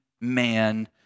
man